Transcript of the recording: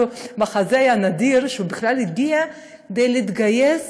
וזה מחזה נדיר שהוא בכלל הגיע כדי להתגייס